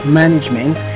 management